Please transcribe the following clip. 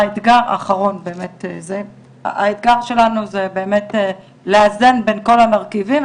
האתגר שלנו הוא באמת לאזן בין כל המרכיבים,